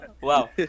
Wow